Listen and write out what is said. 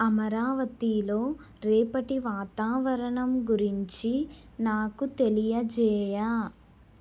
అమరావతిలో రేపటి వాతావరణం గురించి నాకు తెలియజేయ